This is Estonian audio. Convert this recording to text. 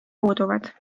puuduvad